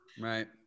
Right